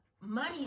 money